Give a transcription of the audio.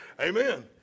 Amen